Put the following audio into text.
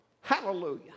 Hallelujah